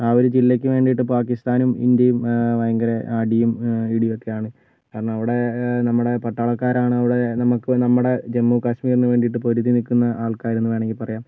ആ ഒരു ജില്ലയ്ക്ക് വേണ്ടിയിട്ട് പാക്കിസ്ഥാനും ഇന്ത്യയും ഭയങ്കര അടിയും ഇടിയൊക്കെയാണ് കാരണം അവിടെ നമ്മുടെ പട്ടാളക്കാരാണ് അവിടെ നമുക്ക് നമ്മുടെ ജമ്മു കാശ്മീരിന് വേണ്ടിയിട്ട് പൊരുതി നിൽക്കുന്ന ആൾക്കാരെന്നു വേണമെങ്കിൽ പറയാം